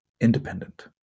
independent